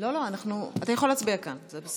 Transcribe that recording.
אתה יכול להצביע מכאן, זה בסדר.